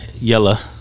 Yella